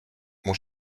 mon